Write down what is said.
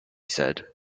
said